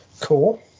Cool